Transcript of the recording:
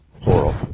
plural